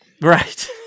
Right